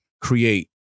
create